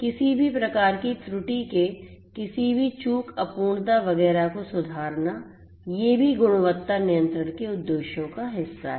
किसी भी प्रकार की त्रुटि के किसी भी चूक अपूर्णता वगैरह को सुधारना ये भी गुणवत्ता नियंत्रण के उद्देश्यों का हिस्सा हैं